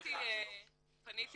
פניתי